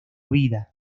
vida